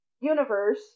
universe